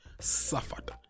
suffered